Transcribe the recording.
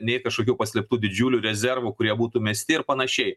nei kažkokių paslėptų didžiulių rezervų kurie būtų mesti ir panašiai